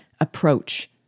approach